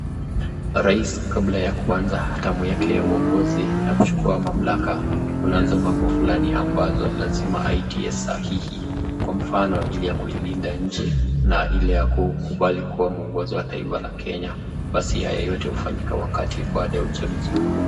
Rais kabla ya kuanza tamu yake ya uwongozi na kuchukua mamlaka kunazo mambo fulani ambazo lazima aitie sahihi kwa mfano ile ya kuilinda nchi na ile ya kukubali kuwa muongozo wa taifa la kenya basi hayo yote hufanyika wakati baada ya uchaguzi mkuu.